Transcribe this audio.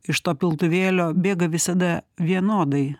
iš to piltuvėlio bėga visada vienodai